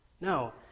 No